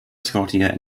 scotia